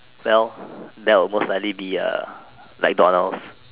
well that will most likely be uh McDonald's